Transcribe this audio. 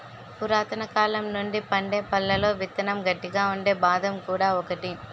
పురాతనకాలం నుండి పండే పళ్లలో విత్తనం గట్టిగా ఉండే బాదం కూడా ఒకటి